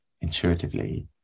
intuitively